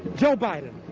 joe biden,